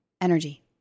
energy